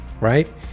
right